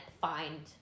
find